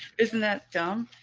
isn't that dumb?